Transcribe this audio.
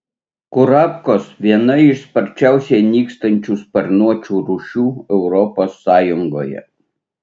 kurapkos viena iš sparčiausiai nykstančių sparnuočių rūšių europos sąjungoje